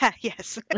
Yes